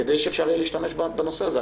כדי שאפשר יהיה להשתמש בו בנושא הזה.